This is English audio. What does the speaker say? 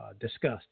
discussed